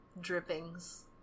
drippings